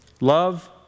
Love